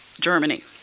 Germany